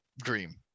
dream